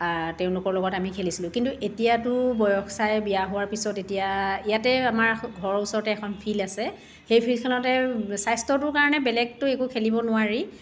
তেওঁলোকৰ লগত আমি খেলিছিলোঁ কিন্তু এতিয়াতো বয়স চাই বিয়া হোৱাৰ পিছত এতিয়া ইয়াতে আমাৰ ঘৰৰ ওচৰতে এখন ফিল্ড আছে সেই ফিল্ডখনতে স্বাস্থ্যটোৰ কাৰণে বেলেগতো একো খেলিব নোৱাৰি